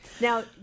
Now